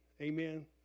Amen